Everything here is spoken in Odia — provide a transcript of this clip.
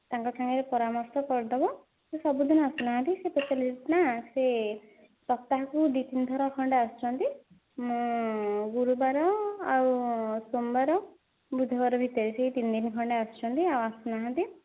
ତାଙ୍କ ସାଙ୍ଗରେ ପରାମର୍ଶ କରିଦେବ ସେ ସବୁଦିନ ଆସୁନାହାନ୍ତି ସେ ସ୍ପେଶାଲିଷ୍ଟ୍ ନା ସପ୍ତାହ କୁ ଦୁଇ ତିନି ଥର ଖଣ୍ଡେ ଆସୁଛନ୍ତି ମୁଁ ଗୁରୁବାର ଆଉ ସୋମବାର ବୁଧବାର ଭିତରେ ସେ ତିନି ଦିନ ଖଣ୍ଡେ ଆସୁଛନ୍ତି ଆଉ ଆସୁନାହାନ୍ତି